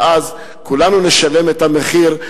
ואז כולנו נשלם את המחיר,